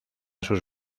sus